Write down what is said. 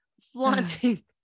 flaunting